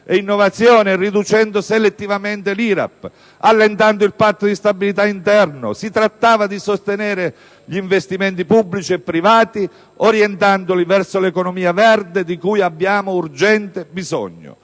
e innovazione e riducendo selettivamente l'IRAP, allentando il Patto di stabilità interno. Si trattava di sostenere gli investimenti pubblici e privati orientandoli verso l'economia verde di cui abbiamo urgente bisogno,